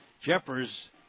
Jeffers